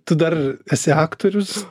tu dar esi aktorius